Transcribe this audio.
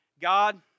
God